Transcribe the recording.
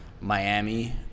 Miami